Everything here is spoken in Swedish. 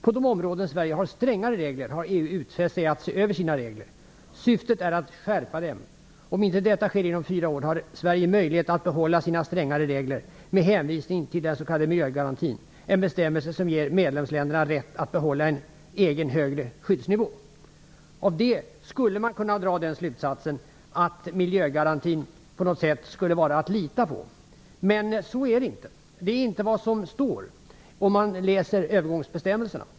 På de områden Sverige har strängare regler har EU utfäst sig att se över sina regler. Syftet är att skärpa dem. Om inte detta sker inom fyra år har Sverige möjlighet att behålla sina strängare regler med hänvisning till den så kallade miljögarantin, en bestämmelse som ger medlemsländerna rätt att hålla en högre egen skyddsnivå." Av det skulle man kunna dra den slutsatsen att miljögarantin skulle vara att lita på. Men så är det inte. Det är inte vad som står i övergångsbestämmelserna.